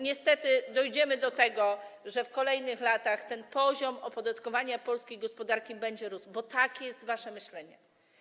Niestety dojdziemy do tego, że w kolejnych latach ten poziom opodatkowania polskiej gospodarki będzie rósł, bo takie jest wasze myślenie.